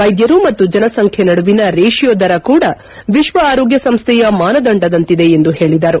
ವೈದ್ಯರು ಮತ್ತು ಜನಸಂಖ್ಯೆ ನಡುವಿನ ರೇಶಿಯೋ ದರ ಕೂಡ ವಿಶ್ವ ಆರೋಗ್ಯ ಸಂಸ್ಥೆಯ ಮಾನದಂಡದಂತಿದೆ ಎಂದು ಹೇಳಿದರು